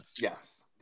yes